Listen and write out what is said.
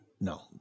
no